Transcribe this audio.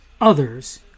others